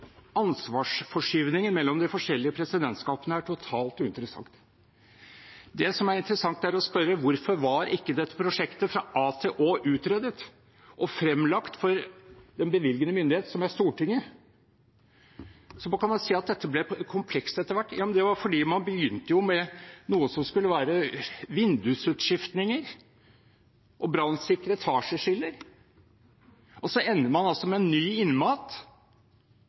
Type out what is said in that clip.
ansvarsforskyvningen mellom de forskjellige presidentskapene er totalt uinteressant. Det som er interessant, er å spørre: Hvorfor var ikke dette prosjektet – fra a til å – utredet og fremlagt for den bevilgende myndighet, som er Stortinget? Så kan man si at dette ble komplekst etter hvert. Ja, men det var jo fordi man begynte med noe som skulle være vindusutskiftninger og brannsikre etasjeskiller, og så ender man altså med ny innmat